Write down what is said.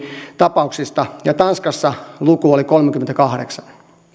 tapauksista ja tanskassa luku oli kolmekymmentäkahdeksan